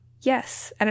Yes